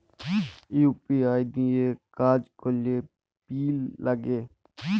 UPI দিঁয়ে কাজ ক্যরলে পিল লাগে